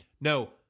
No